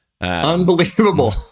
Unbelievable